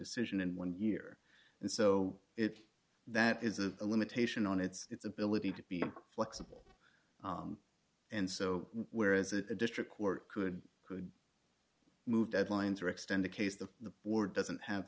decision in one year and so if that is of a limitation on its ability to be flexible and so whereas a district court could could move deadlines or extend the case the board doesn't have